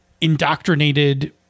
indoctrinated